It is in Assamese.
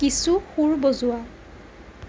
কিছু সুৰ বজোৱা